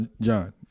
John